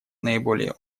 наиболее